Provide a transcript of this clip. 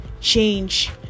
change